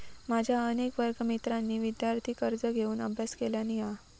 माझ्या अनेक वर्गमित्रांनी विदयार्थी कर्ज घेऊन अभ्यास केलानी हा